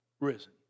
risen